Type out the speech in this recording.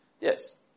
Yes